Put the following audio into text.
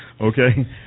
Okay